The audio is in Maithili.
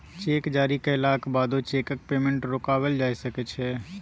चेक जारी कएलाक बादो चैकक पेमेंट रोकबाएल जा सकै छै